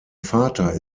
vater